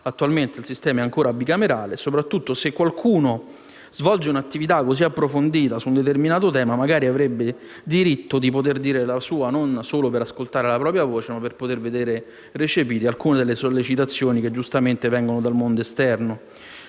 attualmente il sistema è ancora bicamerale e soprattutto, se qualcuno svolge un'attività così approfondita su un determinato tema, magari avrebbe diritto di poter dire la sua, e non solo per ascoltare la propria voce, ma anche per poter vedere recepite alcune sollecitazioni che giustamente vengono dal mondo esterno